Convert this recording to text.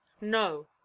No